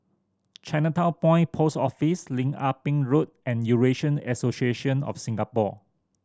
Chinatown Point Post Office Lim Ah Pin Road and Eurasian Association of Singapore